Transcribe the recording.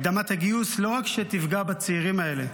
הקדמת הגיוס לא רק תפגע בצעירים האלה,